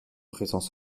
présence